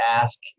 ask